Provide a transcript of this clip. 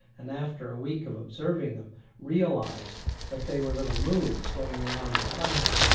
and after a week of observing them realised that they were little moons going around the planet,